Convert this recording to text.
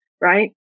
right